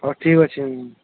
ହଉ ଠିକ୍ ଅଛି